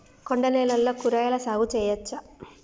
కొండ నేలల్లో కూరగాయల సాగు చేయచ్చా?